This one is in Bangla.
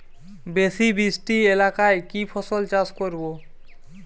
বেশি বৃষ্টি এলাকায় কি ফসল চাষ করব?